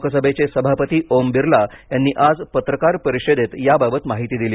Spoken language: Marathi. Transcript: लोकसभेचे सभापती ओम बिर्ला यांनी आज पत्रकार परिषदेत याबाबत माहिती दिली